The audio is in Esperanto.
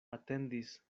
atendis